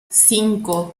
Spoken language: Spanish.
cinco